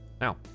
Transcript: Now